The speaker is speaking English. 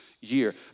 year